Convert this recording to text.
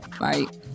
Right